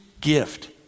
gift